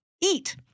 eat